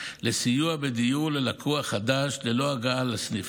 לסיוע בדיור ללקוח חדש, ללא הגעה לסניף.